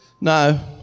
no